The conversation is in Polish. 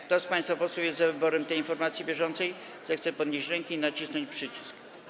Kto z państwa posłów jest za wyborem tej informacji bieżącej, zechce podnieść rękę i nacisnąć przycisk.